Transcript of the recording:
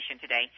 today